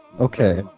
Okay